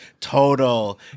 total